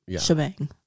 shebang